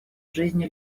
жизни